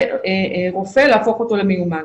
זה רופא להפוך אותו למיומן.